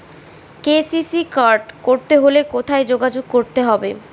KCC card করতে হলে কোথায় যোগাযোগ করতে হবে?